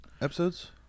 episodes